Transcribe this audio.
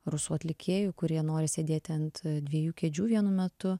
rusų atlikėjų kurie nori sėdėti ant dviejų kėdžių vienu metu